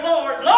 Lord